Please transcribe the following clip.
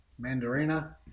mandarina